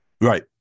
Right